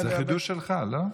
זה חידוש שלך, לא?